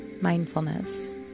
mindfulness